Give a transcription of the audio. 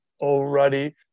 already